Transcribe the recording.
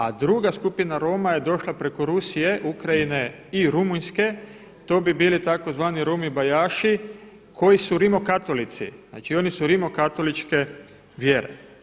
A druga skupina Roma je došla preko Rusije, Ukrajine i Rumunjske, to bi bili tzv. Romi Bajaši koji su rimokatolici, znači oni su rimokatoličke vjere.